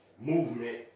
movement